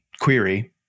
query